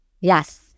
Yes